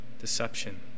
deception